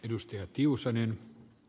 arvoisa puhemies